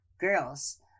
Girls